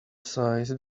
size